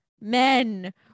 men